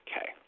Okay